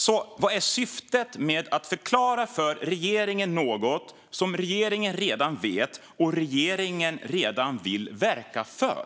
Så vad är syftet med att förklara något för regeringen som regeringen redan vet och redan vill verka för?